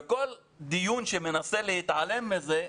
כל דיון שמנסה להתעלם מזה,